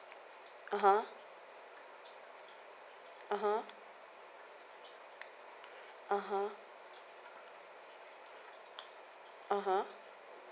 a'ah